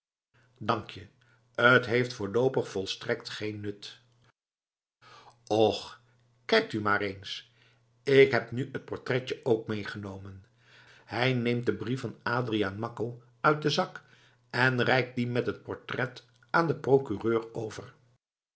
dank je t heeft voorloopig volstrekt geen nut och kijkt u maar eens k heb nu t portretje ook meegenomen hij neemt den brief van adriaan makko uit den zak en reikt dien met het portret aan den procureur over